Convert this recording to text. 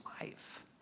life